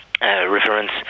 reference